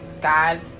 God